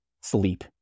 sleep